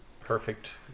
Perfect